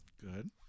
Good